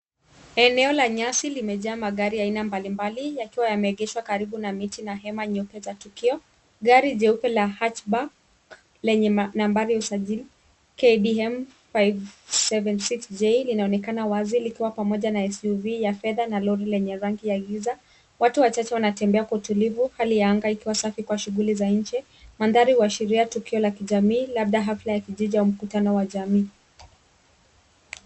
Eneo la nyadi limejaa magari ya aina mbalimbali yakiwa yame egeshwa karibu na miti na hema nyeupe ya tukio. Gari nyeupe la hatchback lenye nambari ya usajili KDM 5076J linaonekana wazi likiwa pamoja na SUV ya fedha na lori lenye rangi ya giza. Watu wachache wana tembea kwa utulivu hali ya hewa ikiwa safi kwa shughuli ya nje. Mandhari huashiria tukio la kijami labda hafla la kijiji au mkutano wa kijamii.